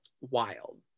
wild